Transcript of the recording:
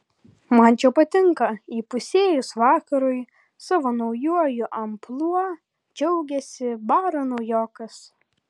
man čia patinka įpusėjus vakarui savo naujuoju amplua džiaugėsi baro naujokas